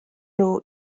nhw